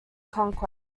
conquests